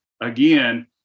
again